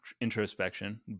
introspection